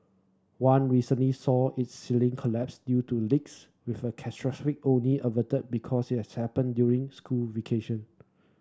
one recently saw its ceiling collapse due to leaks with a only averted because it has happened during school vacation